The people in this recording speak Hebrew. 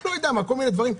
לא יודע, כל מיני דברים.